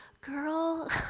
girl